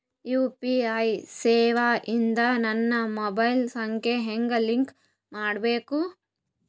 UPI ಸೇವೆ ಇಂದ ನನ್ನ ಮೊಬೈಲ್ ಸಂಖ್ಯೆ ಹೆಂಗ್ ಲಿಂಕ್ ಮಾಡಬೇಕು?